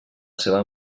seva